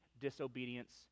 disobedience